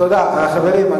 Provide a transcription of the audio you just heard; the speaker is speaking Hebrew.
תודה, חברים.